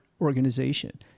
organization